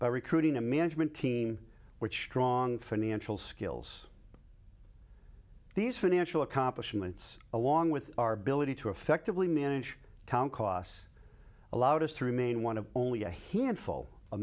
by recruiting a management team which strong financial skills these financial accomplishments along with our ability to effectively manage town cos allowed us to remain one of only a handful of